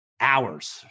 hours